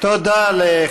על הסבל ועל השכול,